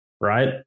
right